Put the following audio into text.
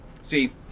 See